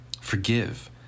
Forgive